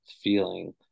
feeling